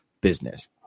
business